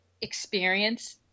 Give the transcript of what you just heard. experience